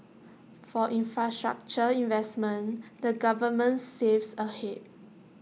for infrastructure investments the government saves ahead